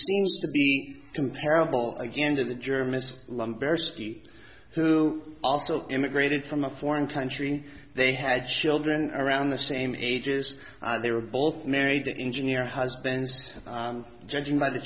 seems to be comparable again to the germans who also immigrated from a foreign country they had children around the same ages they were both married to engineer husbands judging by the